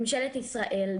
ממשלת ישראל,